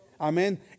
Amen